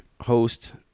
host